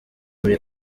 muri